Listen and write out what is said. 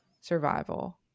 survival